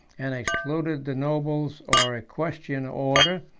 and excluded the nobles or equestrian order,